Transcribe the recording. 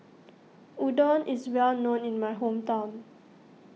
Udon is well known in my hometown